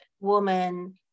woman